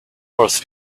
force